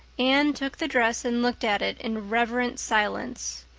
anne took the dress and looked at it in reverent silence.